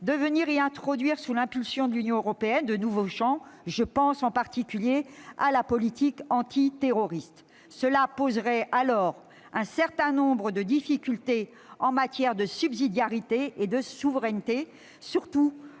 d'y introduire, sous l'impulsion de l'Union européenne, de nouveaux champs. Je pense en particulier à la politique antiterroriste. Cela poserait alors un certain nombre de difficultés en matière de subsidiarité et de souveraineté, surtout